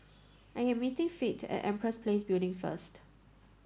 I am meeting Fate at Empress Place Building first